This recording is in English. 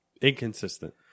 Inconsistent